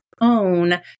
own